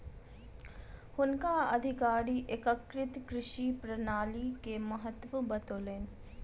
हुनका अधिकारी एकीकृत कृषि प्रणाली के महत्त्व बतौलैन